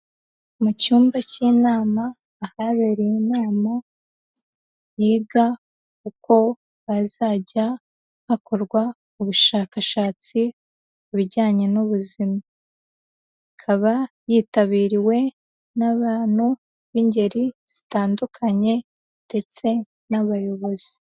Mu cyumba cy'inama ahabereye inama, yiga uko hazajya hakorwa ubushakashatsi mu bijyanye n'ubuzima. Ikaba yitabiriwe n'abantu b'ingeri zitandukanye ndetse n'abayobozi.